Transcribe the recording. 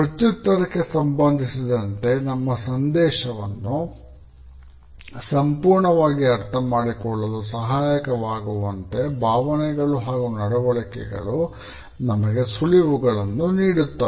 ಪ್ರತ್ಯುತ್ತರಕ್ಕೆ ಸಂಬಂಧಿಸಿದಂತೆ ಹಾಗು ಸಂದೇಶವನ್ನು ಸಂಪೂರ್ಣವಾಗಿ ಅರ್ಥಮಾಡಿಕೊಳ್ಳಲು ಸಹಾಯಕವಾಗುವಂತೆ ಭಾವನೆಗಳು ಹಾಗು ನಡವಳಿಕೆಗಳು ನಮಗೆ ಸುಳಿವುಗಳನ್ನುನೀಡುತ್ತವೆ